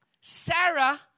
Sarah